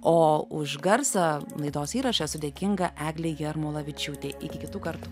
o už garsą laidos įraše esu dėkinga eglei jarmolavičiūtei iki kitų kartų